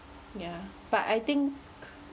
ya but I think